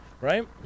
Right